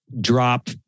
drop